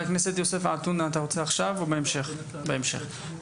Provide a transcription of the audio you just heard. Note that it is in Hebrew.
תודה רבה.